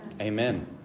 Amen